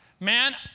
Man